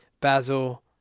Basil